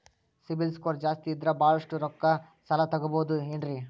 CIBIL score ಜಾಸ್ತಿ ಇದ್ರ ಬಹಳಷ್ಟು ರೊಕ್ಕ ಸಾಲ ತಗೋಬಹುದು ಏನ್ರಿ?